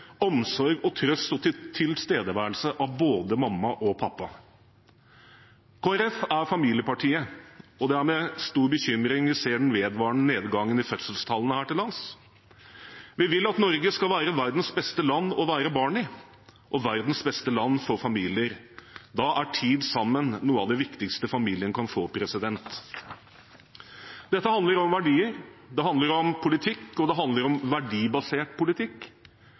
omsorg og trøst og tilstedeværelse av både mamma og pappa. Kristelig Folkeparti er familiepartiet, og det er med stor bekymring vi ser den vedvarende nedgangen i fødselstallene her til lands. Vi vil at Norge skal være verdens beste land å være barn i og verdens beste land for familier. Da er tid sammen noe av det viktigste familien kan få. Dette handler om verdier, det handler om politikk, og det handler om verdibasert politikk.